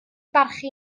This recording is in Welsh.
barchu